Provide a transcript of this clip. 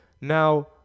Now